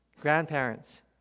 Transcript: grandparents